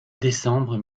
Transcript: décembre